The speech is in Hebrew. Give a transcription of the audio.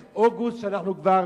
באוגוסט, אנחנו כבר